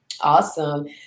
Awesome